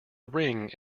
ring